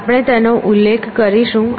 આપણે તેનો ઉલ્લેખ કરીશું